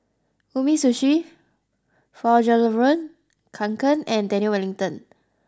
Umisushi Fjallraven Kanken and Daniel Wellington